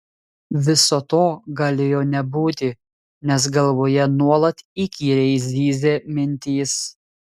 viso to galėjo nebūti nes galvoje nuolat įkyriai zyzė mintys